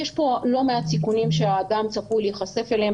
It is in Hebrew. יש פה לא מעט סיכונים שהאדם צפוי להיחשף אליהם